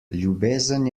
ljubezen